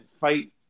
fight